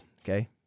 Okay